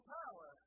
power